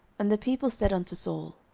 and the people said unto saul,